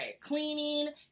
cleaning